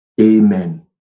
Amen